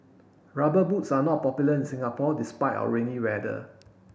rubber boots are not popular in Singapore despite our rainy weather